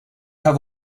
have